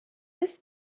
was